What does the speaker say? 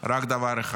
רק דבר אחד: